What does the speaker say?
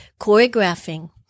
choreographing